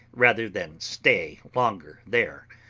rather than stay longer there.